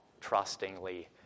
trustingly